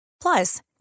Plus